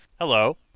Hello